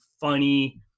funny